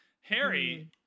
Harry